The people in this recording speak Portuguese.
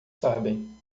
sabem